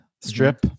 strip